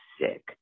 Sick